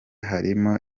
harimo